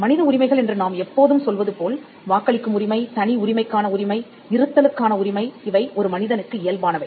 மனித உரிமைகள் என்று நாம் எப்போதும் சொல்வது போல் வாக்களிக்கும் உரிமை தனி உரிமைக்கான உரிமை இருத்தலுக்கான உரிமை இவை ஒரு மனிதனுக்கு இயல்பானவை